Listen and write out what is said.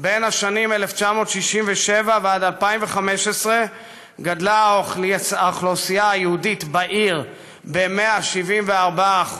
בשנים 1967 2015 גדלה האוכלוסייה היהודית בעיר ב-174%,